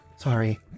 Sorry